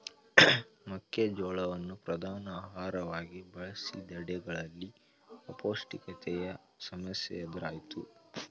ಮೆಕ್ಕೆ ಜೋಳವನ್ನು ಪ್ರಧಾನ ಆಹಾರವಾಗಿ ಬಳಸಿದೆಡೆಗಳಲ್ಲಿ ಅಪೌಷ್ಟಿಕತೆಯ ಸಮಸ್ಯೆ ಎದುರಾಯ್ತು